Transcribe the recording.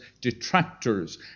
detractors